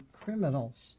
criminals